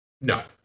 No